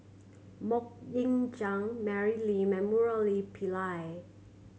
Mok Ying Jang Mary Lim and Murali Pillai